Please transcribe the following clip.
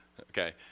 okay